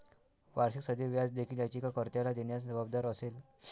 वार्षिक साधे व्याज देखील याचिका कर्त्याला देण्यास जबाबदार असेल